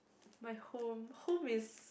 my home home is